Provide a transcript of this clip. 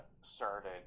started